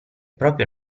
proprio